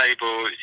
table